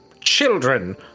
children